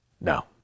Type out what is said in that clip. No